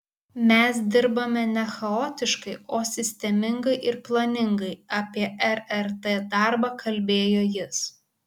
mes dirbame ne chaotiškai o sistemingai ir planingai apie rrt darbą kalbėjo jis